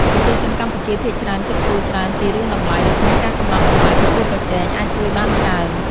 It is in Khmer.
ប្រជាជនកម្ពុជាភាគច្រើនគិតគូរច្រើនពីរឿងតម្លៃ ដូច្នេះការកំណត់តម្លៃប្រកួតប្រជែងអាចជួយបានច្រើន។